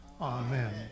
Amen